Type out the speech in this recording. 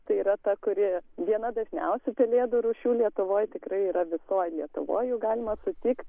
tai yra ta kuri viena dažniausių pelėdų rūšių lietuvoj tikrai yra visoj lietuvoj jų galima sutikt